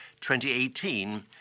2018